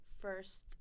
first